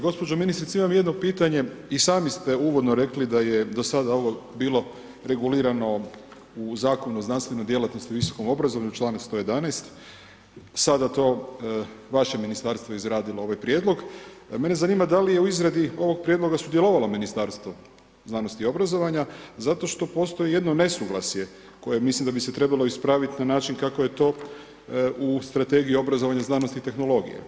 Gospođo ministrice, imam jedno pitanje, i sami ste uvodno rekli da je do sada ovo bili regulirano u Zakonu o znanstvenoj djelatnosti i visokom obrazovanju, članak 111., sada je to vaše ministarstvo izradilo ovaj prijedlog, mene zanima da li je u izradi ovog prijedloga sudjelovalo Ministarstvo znanosti i obrazovanja zato što postoji jedno nesuglasje koje mislim da bi se trebalo ispraviti na način kako je to u Strategiji obrazovanja, znanosti i tehnologije.